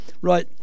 Right